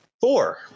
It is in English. four